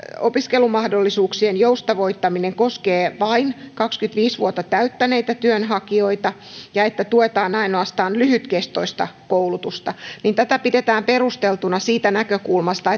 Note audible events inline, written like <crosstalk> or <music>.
opiskelumahdollisuuksien joustavoittaminen koskee vain kaksikymmentäviisi vuotta täyttäneitä työnhakijoita ja että tuetaan ainoastaan lyhytkestoista koulutusta pidetään perusteltuna siitä näkökulmasta <unintelligible>